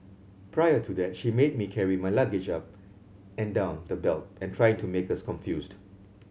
prior to that she made me carry my luggage up and down the belt and trying to make us confused